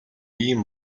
ийм